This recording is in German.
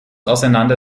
auseinander